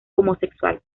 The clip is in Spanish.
homosexual